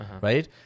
right